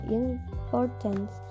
importance